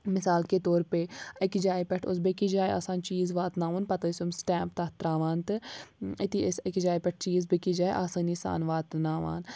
مِثال کے طور پے أکِس جایہِ پٮ۪ٹھ اوس بیٚکِس جایہِ آسان چیٖز واتناوُن پَتہٕ ٲسۍ یِم سٹیمپ تَتھ ترٛاوان تہٕ أتی ٲسۍ أکِس جایہِ پٮ۪ٹھ چیٖز بیٚکِس جایہِ آسٲنی سان واتناوان